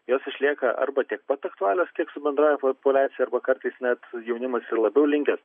jos išlieka arba tiek pat aktualios tiek su bendra populiacija arba kartais net jaunimas labiau linkęs